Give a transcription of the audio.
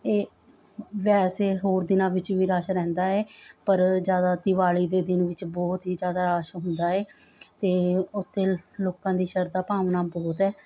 ਇਹ ਵੈਸੇ ਹੋਰ ਦਿਨਾਂ ਵਿੱਚ ਵੀ ਰੱਸ਼ ਰਹਿੰਦਾ ਏ ਪਰ ਜ਼ਿਆਦਾ ਦੀਵਾਲੀ ਦੇ ਦਿਨ ਵਿੱਚ ਬਹੁਤ ਹੀ ਜ਼ਿਆਦਾ ਰੱਸ਼ ਹੁੰਦਾ ਏ ਅਤੇ ਉੱਥੇ ਲੋਕਾਂ ਦੀ ਸ਼ਰਧਾ ਭਾਵਨਾ ਬਹੁਤ ਹੈ